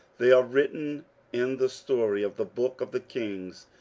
they are written in the story of the book of the kings.